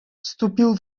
вступил